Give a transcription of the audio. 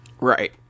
Right